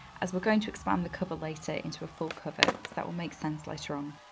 as we're going to expand the cover later into a full cover. so that will make sense later on.